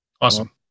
Awesome